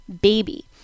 Baby